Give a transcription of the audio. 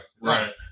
Right